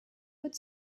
would